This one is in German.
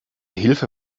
hilfe